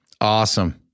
Awesome